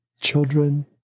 children